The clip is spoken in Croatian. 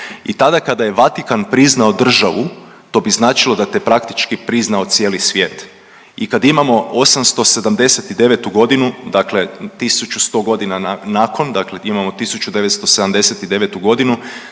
i tada kada je Vatikan priznao državu to bi značilo da te praktički priznao cijeli svijet. I kad imamo 879.g. dakle 1100 godina nakon dakle 1979.g.